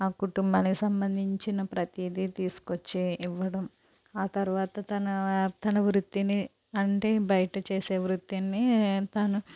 ఆ కుటుంబానికి సంబంధించిన ప్రతిదీ తీస్కొచ్చే ఇవ్వడం ఆ తర్వాత తన తన వృత్తిని అంటే బయట చేసే వృత్తిని తను